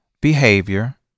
behavior